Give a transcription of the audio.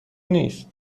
نیست